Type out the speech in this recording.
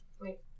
wait